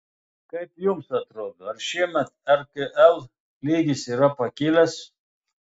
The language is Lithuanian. kaip jums atrodo ar šiemet rkl lygis yra pakilęs